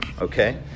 okay